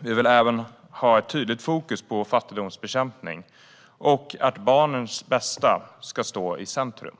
Vi vill även ha ett tydligt fokus på fattigdomsbekämpning och att barnens bästa ska stå i centrum.